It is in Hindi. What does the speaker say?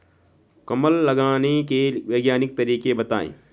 कमल लगाने के वैज्ञानिक तरीके बताएं?